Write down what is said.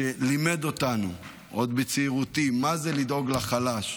שלימד אותנו עוד בצעירותי מה זה לדאוג לחלש,